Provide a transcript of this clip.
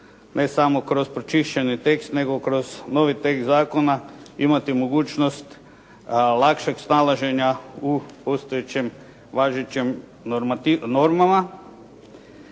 ne samo kroz pročišćeni tekst nego kroz novi tekst zakona imati mogućnost lakšeg snalaženja u postojećem važećem, normama.